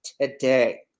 today